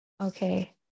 okay